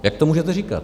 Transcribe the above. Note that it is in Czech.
Jak to můžete říkat?